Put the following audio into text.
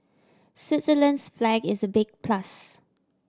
Switzerland's flag is a big plus